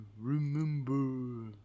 remember